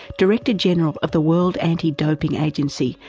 director-general of the world anti-doping agency,